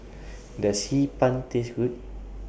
Does Hee Pan Taste Good